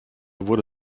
wurde